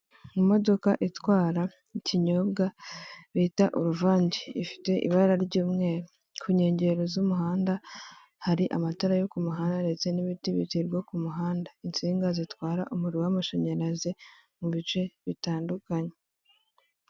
Imodoka ikinyobwa bita Uruvange, ifite ibara rya umweru . Kunkengero z'umuhanda hari amatara yo ku muhanda ndetse na ibiti biterwa kumuhanda, insinga zitwara umuriro wa amashanyarazi mu bice bitandukanye.